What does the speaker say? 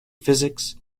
physics